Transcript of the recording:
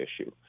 issue